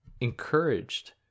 encouraged